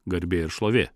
garbė ir šlovė